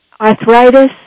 Arthritis